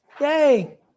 Yay